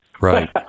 Right